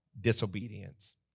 disobedience